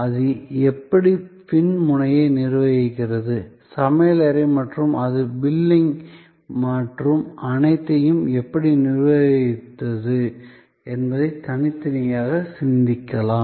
அது எப்படி பின் முனையை நிர்வகித்தது சமையலறை மற்றும் அது பில்லிங் மற்றும் அனைத்தையும் எப்படி நிர்வகித்தது என்பதை தனித்தனியாக சிந்திக்கலாம்